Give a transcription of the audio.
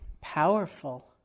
powerful